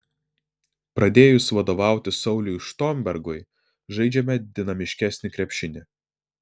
pradėjus vadovauti sauliui štombergui žaidžiame dinamiškesnį krepšinį